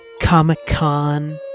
comic-con